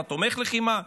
אתה תומך לחימה.